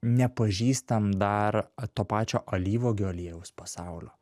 nepažįstam dar to pačio alyvuogių aliejaus pasaulio